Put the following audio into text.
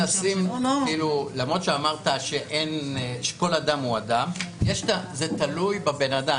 למרות שאמרת שכל אדם הוא אדם, זה תלוי בבן-אדם.